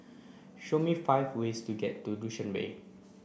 show me five ways to get to Dushanbe